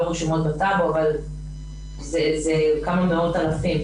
רשומות בטאבו אבל מדובר בכמה מאות אלפים.